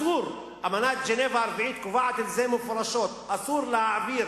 אמנת ז'נבה הרביעית קובעת מפורשות: אסור להעביר